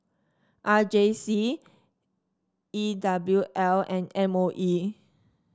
R J C E W L and M O E